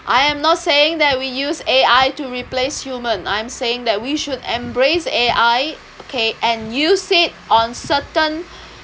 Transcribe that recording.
I am not saying that we use A_I to replace human I'm saying that we should embrace A_I okay and use it on certain